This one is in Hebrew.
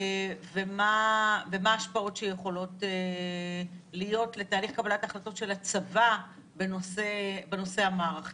ומה ההשפעות שיכולות להיות לתהליך קבלת ההחלטות של הצבא בנושא המערכתי.